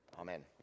Amen